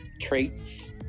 traits